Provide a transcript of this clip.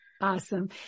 Awesome